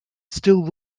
still